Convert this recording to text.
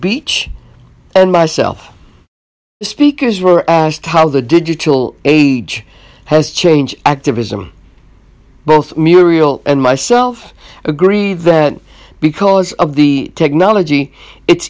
beach and myself speakers were asked how the digital age has changed activism both muriel and myself agree because of the technology it's